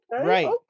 right